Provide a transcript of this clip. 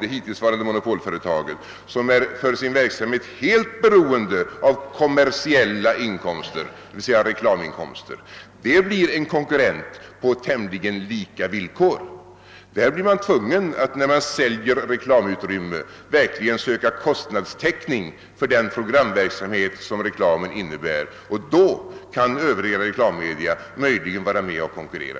det hittillsvarande monopolföretaget, ett företag som är för sin verksamhet helt beroende av kommersiella inkomster, d.v.s. reklaminkomster, blir däremot en konkurrent på tämligen lika villkor. Där blir man tvungen att, när man säljer reklamutrymme, verkligen söka kostnadstäckning för den programverksamhet som reklamen innebär, och då kan övriga reklammedia möjligen vara med och konkurrera.